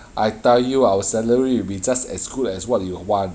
I tell you our salary will be just as good as what you will want